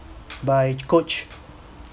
by coach